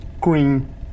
green